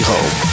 Home